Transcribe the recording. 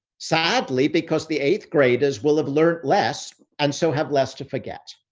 sadly, because the eighth graders will have learned less and so have less to forget.